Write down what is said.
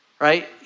Right